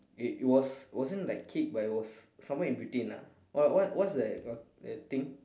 it was wasn't like cake but it was somewhere in between lah what what what is that that thing